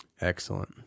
Excellent